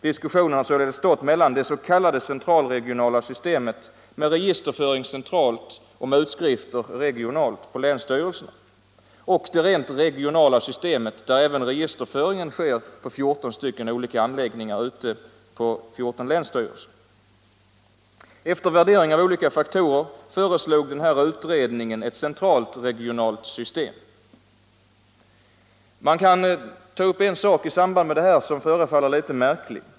Diskussionen har således stått mellan det s.k. central regionalt system. En fråga i detta sammanhang förefaller litet märklig.